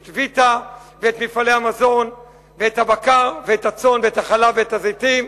את "ויטה" ואת מפעלי המזון ואת הבקר ואת הצאן ואת החלב ואת הזיתים?